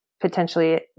potentially